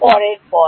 পরের পদ